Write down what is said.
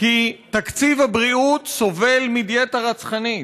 כי תקציב הבריאות סובל מדיאטה רצחנית.